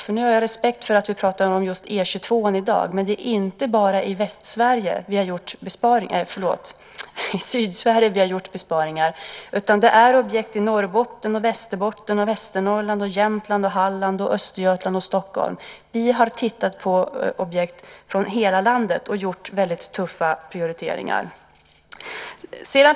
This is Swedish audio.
Jag har respekt för att vi pratar om just E 22:an i dag, men det är inte bara i Sydsverige som vi har gjort besparingar. Det gäller objekt i Norrbotten, Västerbotten, Västernorrland, Jämtland, Halland, Östergötland och Stockholm. Vi har tittat på objekt från hela landet och gjort väldigt tuffa prioriteringar.